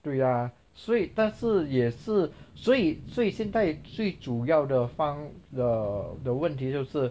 对呀所以但是也是所以所以现代最主要的方的的问题就是